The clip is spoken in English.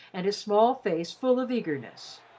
and his small face full of eagerness.